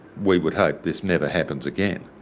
we would hope this never happens again.